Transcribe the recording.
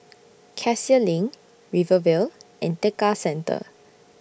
Cassia LINK Rivervale and Tekka Centre